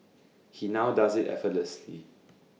he now does IT effortlessly